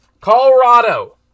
Colorado